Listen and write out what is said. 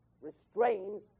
restrains